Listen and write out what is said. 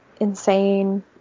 insane